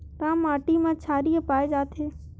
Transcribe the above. का माटी मा क्षारीय पाए जाथे?